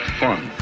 fun